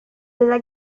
della